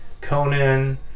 Conan